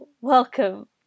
Welcome